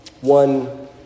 One